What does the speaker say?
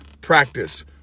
practice